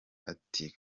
ati